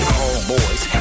homeboys